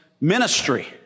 ministry